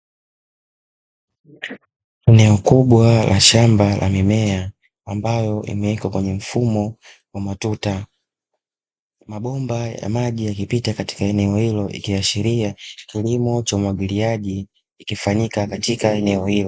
Eneo kubwa la shamba la mimea ambayo imewekwa kwenye mfumo wa matuta, mabomba ya maji yakipita katika eneo hilo ikiashiria kilimo cha umwagiliaji kikifanyika katika eneo hilo.